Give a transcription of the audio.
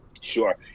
sure